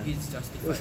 it's justified